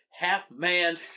Half-man